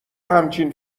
همچین